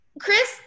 Chris